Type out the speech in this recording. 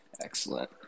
Excellent